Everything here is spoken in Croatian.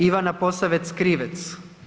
Ivana Posavec Krivec.